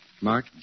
Mark